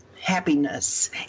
happiness